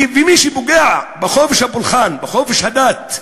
ומי שפוגע בחופש הפולחן, בחופש הדת,